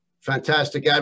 fantastic